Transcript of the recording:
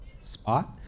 spot